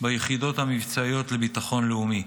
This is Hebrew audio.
ביחידות המבצעיות לביטחון לאומי.